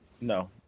No